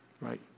Right